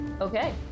Okay